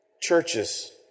churches